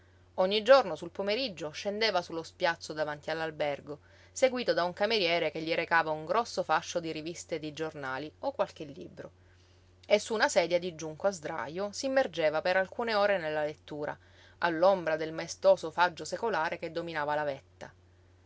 ogni giorno sul pomeriggio scendeva su lo spiazzo davanti all'albergo seguíto da un cameriere che gli recava un grosso fascio di riviste e di giornali o qualche libro e su una sedia di giunco a sdraio s'immergeva per alcune ore nella lettura all'ombra del maestoso faggio secolare che dominava la vetta